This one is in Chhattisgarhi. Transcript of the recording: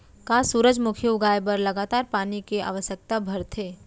का सूरजमुखी उगाए बर लगातार पानी के आवश्यकता भरथे?